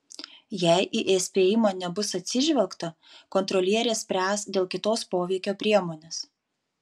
jei į įspėjimą nebus atsižvelgta kontrolierė spręs dėl kitos poveikio priemonės